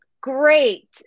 great